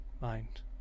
mind